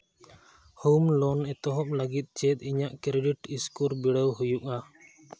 home loan ᱮᱛᱚᱦᱚᱵ ᱞᱟᱹᱜᱤᱫ ᱪᱮᱫ ᱤᱧᱟᱹᱜ ᱠᱨᱮᱰᱤᱴ ᱥᱠᱳᱨ ᱵᱤᱰᱟᱹᱣ ᱦᱩᱭᱩᱜᱼᱟ